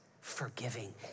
forgiving